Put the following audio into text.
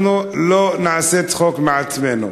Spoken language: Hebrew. אנחנו לא נעשה צחוק מעצמנו.